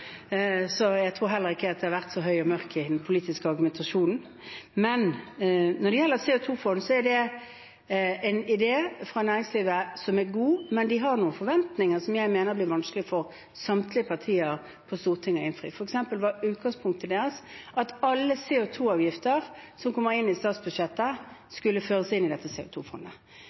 jeg tror heller ikke at jeg har vært så høy og mørk i den politiske argumentasjonen. Når det gjelder CO 2 -fondet, er det en idé fra næringslivet som er god, men de har noen forventninger som jeg mener det blir vanskelig for samtlige partier på Stortinget å innfri. For eksempel var utgangspunktet deres at alle CO 2 -avgifter som kommer inn i statsbudsjettet, skulle føres inn i dette